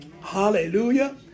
Hallelujah